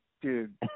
dude